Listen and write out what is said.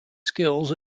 skills